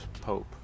Pope